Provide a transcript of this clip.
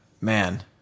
man